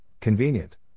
convenient